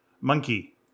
Monkey